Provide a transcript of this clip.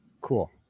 cool